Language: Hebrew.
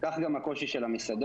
כך גם הקושי של המסעדות,